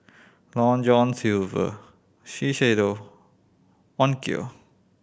Long John Silver Shiseido Onkyo